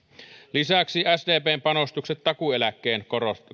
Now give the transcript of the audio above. lisäksi sdpn panostukset takuueläkkeen